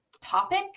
topic